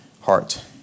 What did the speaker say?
heart